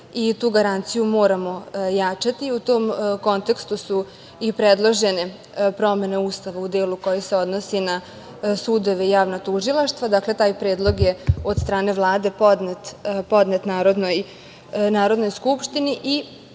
i tu garanciju moramo jačati. U tom kontekstu su i predložene promene u Ustavu u delu koji se odnosi na sudove i javna tužilaštva. Dakle, taj predlog je od strane Vlade podnet Narodnoj skupštini